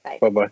Bye-bye